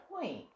point